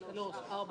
כן.